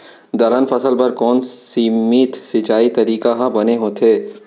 दलहन फसल बर कोन सीमित सिंचाई तरीका ह बने होथे?